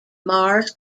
mars